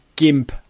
Gimp